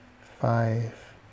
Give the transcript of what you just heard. five